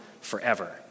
forever